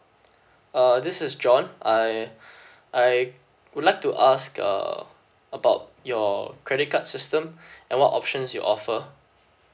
uh this is john I I would like to ask uh about your credit card system and what options you offer